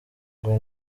ngo